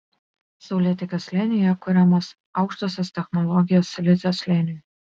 saulėtekio slėnyje kuriamos aukštosios technologijos silicio slėniui